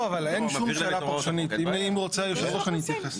ואם הוא אומר לו שבשביל להחליט אני צריך שתגיש לי.